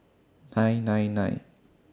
nine nine nine